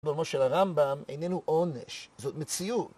בראש של הרמב״ם איננו עונש, זאת מציאות